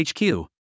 HQ